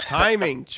timing